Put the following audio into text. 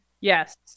Yes